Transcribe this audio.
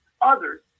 others